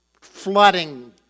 flooding